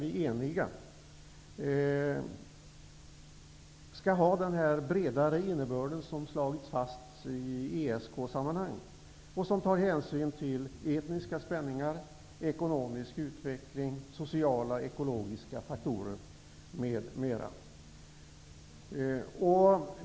Det skall ha den bredare innebörd som slagits fast i ESK sammanhang och som tar hänsyn till etniska spänningar, ekonomisk utveckling, sociala och ekologiska faktorer, m.m.